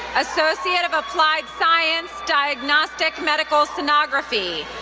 associate of applied science, diagnostic medical sonography,